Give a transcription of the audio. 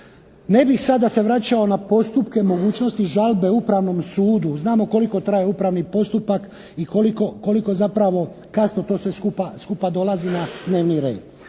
Ne bih sada se vraćao na postupke, mogućnosti žalbe Upravnom sudu, znamo koliko traje upravni postupak i koliko zapravo kasno sve to skupa dolazi na dnevni red.